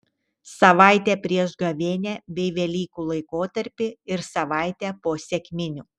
savaitę prieš gavėnią bei velykų laikotarpį ir savaitę po sekminių